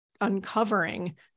uncovering